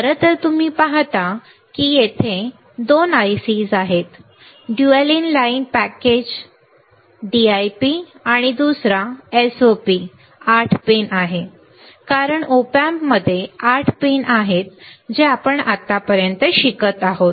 खरं तर तुम्ही पाहता की तेथे 2 IC आहेत dual in line package DIP दुसरा SOP 8 पिन आहे कारण ऑप एम्पमध्ये 8 पिन आहेत जे आपण आत्तापर्यंत शिकत आहोत